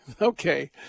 Okay